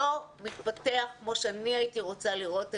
לא מתפתח כמו שאני הייתי רוצה לראות את